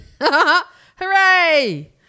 Hooray